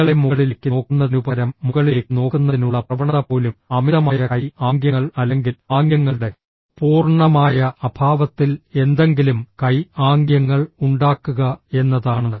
നിങ്ങളെ മുകളിലേക്ക് നോക്കുന്നതിനുപകരം മുകളിലേക്ക് നോക്കുന്നതിനുള്ള പ്രവണത പോലും അമിതമായ കൈ ആംഗ്യങ്ങൾ അല്ലെങ്കിൽ ആംഗ്യങ്ങളുടെ പൂർണ്ണമായ അഭാവത്തിൽ എന്തെങ്കിലും കൈ ആംഗ്യങ്ങൾ ഉണ്ടാക്കുക എന്നതാണ്